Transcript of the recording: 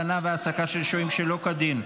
הלנה והעסקה של שוהים שלא כדין,